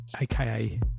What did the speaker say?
aka